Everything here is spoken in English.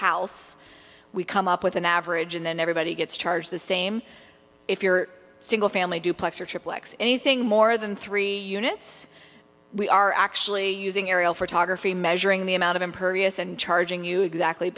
house we come up with an average and then everybody gets charged the same if you're single family duplex or triplex anything more than three units we are actually using aerial photography measuring the amount of impervious and charging you exactly